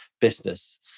business